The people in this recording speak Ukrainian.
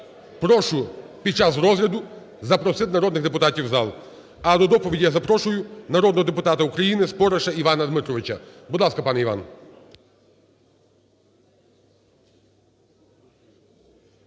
Прошу під час розгляду запросити народних депутатів у зал. А до доповіді я запрошую народного депутата України Спориша Івана Дмитровича. Будь ласка, пане Іван.